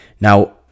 now